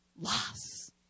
Loss